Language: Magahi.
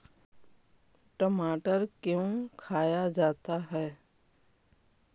टमाटर क्यों खाया जाता है?